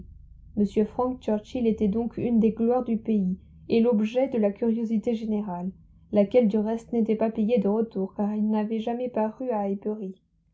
m frank churchill était donc une des gloires du pays et l'objet de la curiosité générale laquelle du reste n'était pas payée de retour car il n'avait jamais paru